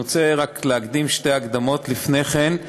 אני רוצה רק להקדים שתי הקדמות לפני כן: